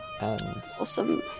Awesome